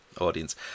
audience